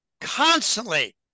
constantly